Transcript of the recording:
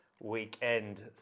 weekend